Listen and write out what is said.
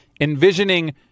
envisioning